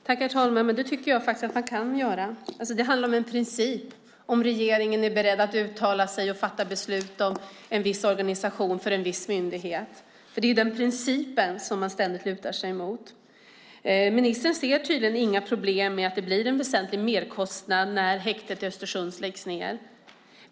Herr talman! Det tycker jag faktiskt att man kan. Det handlar om en princip. Är regeringen beredd att uttala sig och fatta beslut om en viss organisation för en viss myndighet. Det är ju principen som man ständigt lutar sig mot. Ministern ser tydligen inga problem med att det blir en väsentlig merkostnad när häktet i Östersund läggs ned.